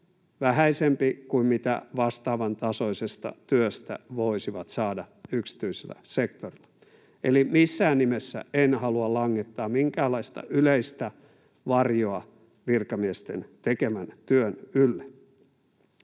vähäisempi kuin mitä vastaavan tasoisesta työstä voisivat saada yksityisellä sektorilla. Eli missään nimessä en halua langettaa minkäänlaista yleistä varjoa virkamiesten tekemän työn ylle.